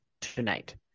tonight